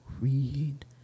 read